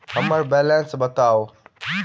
हम्मर बैलेंस बताऊ